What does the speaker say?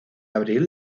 abrir